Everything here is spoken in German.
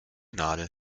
nadel